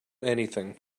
anything